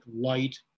light